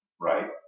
right